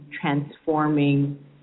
transforming